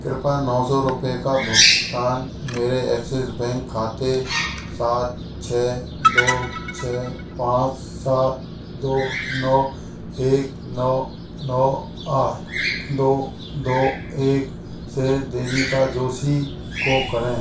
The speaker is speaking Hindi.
कृपया नौ सौ रुपये का भुगतान मेरे एक्सिस बैंक खाते सात छः दो छः पाँच सात दो नौ एक नौ नौ आठ दो दो एक से देविका जोशी को करें